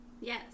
yes